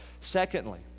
Secondly